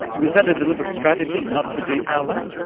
was that a deliberate strategy, not to detail that?